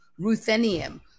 ruthenium